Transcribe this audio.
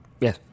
yes